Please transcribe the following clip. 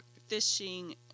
fishing